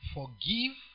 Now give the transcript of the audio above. Forgive